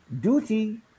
duty